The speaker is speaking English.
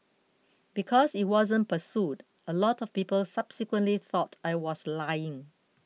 because it wasn't pursued a lot of people subsequently thought I was lying